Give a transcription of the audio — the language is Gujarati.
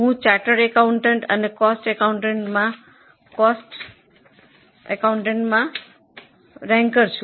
હું ચાર્ટર્ડ એકાઉન્ટન્ટ અને કોસ્ટ એકાઉન્ટન્ટમાં રેન્ક હોલ્ડર છું